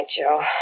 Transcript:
Joe